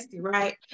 right